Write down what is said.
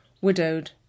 widowed